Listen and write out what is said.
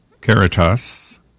Caritas